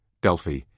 Delphi